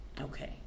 Okay